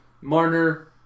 Marner